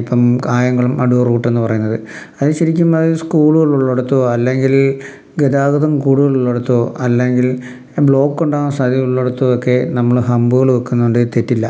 ഇപ്പം കായംകുളം അടൂർ റൂട്ട്ന്ന് പറയുന്നത് അത് ശരിക്കും അ സ്കൂളുകളുള്ളിടത്തോ അല്ലെങ്കിൽ ഗതാഗതം കൂടുതലുള്ളിടത്തോ അല്ലെങ്കിൽ ബ്ലോക്ക് ഉണ്ടാകുന്ന സ്ഥലങ്ങളുള്ളിടുത്തോ ഒക്കെ നമ്മൾ ഹമ്പുകൾ വെക്കുന്നുണ്ട് തെറ്റില്ല